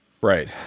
Right